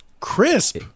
crisp